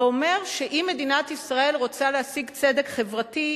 זה אומר שאם מדינת ישראל רוצה להשיג צדק חברתי,